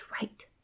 right